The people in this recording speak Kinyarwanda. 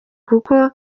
kuko